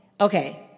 okay